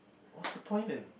what's the point